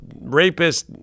rapist